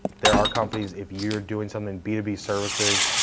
there are companies if you're doing something b two b services,